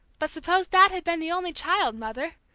but suppose dad had been the only child, mother,